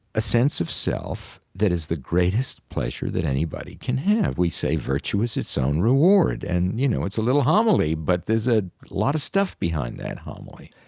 a sense of self that is the greatest pleasure that anybody can have. we say virtue is its own reward. and, you know, it's a little homily, but there's a lot of stuff behind that homily.